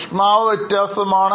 ഊഷ്മാവ് വ്യത്യസ്തമാണ്